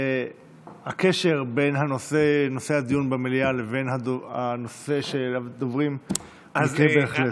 הקשר בין נושא הדיון במליאה לבין הנושא של הדוברים הוא מקרי בהחלט.